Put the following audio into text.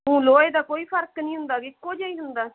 ਲੋਹੇ ਦਾ ਕੋਈ ਫਰਕ ਨਹੀਂ ਹੁੰਦਾ ਇੱਕੋ ਜਿਹਾ ਹੀ ਹੁੰਦਾ